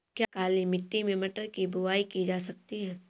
क्या काली मिट्टी में मटर की बुआई की जा सकती है?